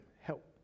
help